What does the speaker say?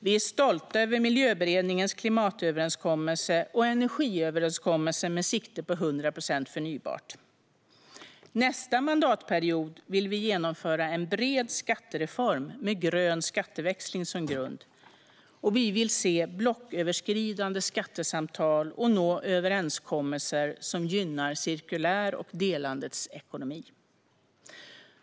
Vi är stolta över Miljömålsberedningens klimatöverenskommelse och energiöverenskommelsen med sikte på 100 procent förnybart. Nästa mandatperiod vill vi genomföra en bred skattereform med grön skatteväxling som grund, och vi vill se blocköverskridande skattesamtal och nå överenskommelser som gynnar cirkulär och delandets ekonomi.